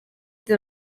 the